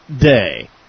Day